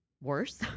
worse